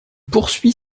poursuit